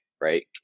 right